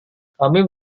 kami